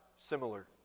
similar